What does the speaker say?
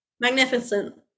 magnificent